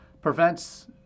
prevents